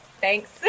Thanks